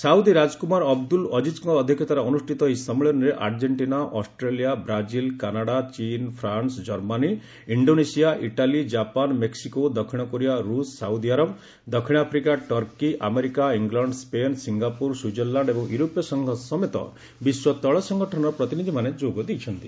Saudi ରାଜକୁମାର Abdul ଅଜିଜ୍ଙ୍କ ଅଧ୍ୟକ୍ଷତାରେ ଅନୁଷ୍ଠିତ ଏହି ସମ୍ମିଳନୀରେ ଆର୍ଜେଷ୍ଟିନା ଅଷ୍ଟ୍ରେଲିଆ ବ୍ରାଜିଲ୍ କାନାଡ଼ା ଚୀନ୍ ଫ୍ରାନ୍ସ ଜର୍ମାନୀ ଇଣ୍ଡୋନେସିଆ ଇଟାଲୀ ଜାପାନ ମେକ୍ସିକୋ ଦକ୍ଷିଣ କୋରିଆ ରୁଷ ସାଉଦିଆରବ ଦକ୍ଷିଣ Africa Turkey America England Spain Singapore Switzerland ଏବଂ ୟୁରୋପୀୟ ସଂଘ ସମେତ ବିଶ୍ୱ ତୈଳ ସଂଗଠନର ପ୍ରତିନିଧିମାନେ ଯୋଗଦେଇଛନ୍ତି